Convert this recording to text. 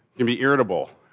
can be irritable,